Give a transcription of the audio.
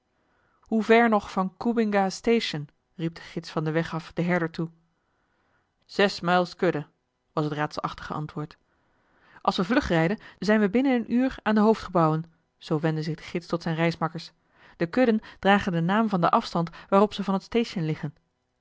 nog van coobingastation riep de gids van den weg af den herder toe zes mijls kudde was het raadselachtige antwoord als we vlug rijden zijn we binnen een uur aan de hoofdgebouwen zoo wendde zich de gids tot zijne reismakkers de kudden dragen den naam van den afstand waarop ze van het station liggen